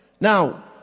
Now